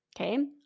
okay